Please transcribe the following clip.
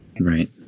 Right